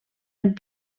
amb